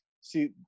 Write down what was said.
See